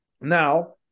Now